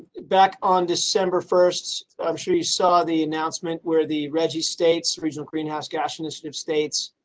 back on december first, i'm sure you saw the announcement where the reggie states original greenhouse gas initiative states.